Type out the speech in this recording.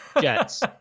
Jets